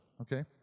okay